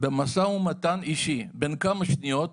במשא ומתן אישי בן כמה שניות,